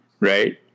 right